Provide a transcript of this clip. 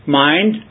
mind